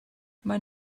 maen